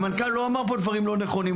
המנכ"ל לא אמר פה דברים לא נכונים.